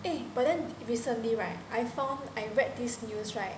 eh but then recently right I found I read this news right